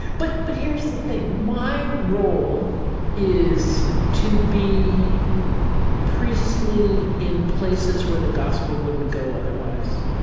but but here's the thing my role is to be priestly in places where the gospel wouldn't go otherwise.